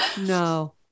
No